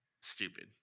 stupid